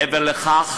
מעבר לכך,